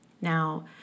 Now